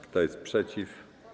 Kto jest przeciw?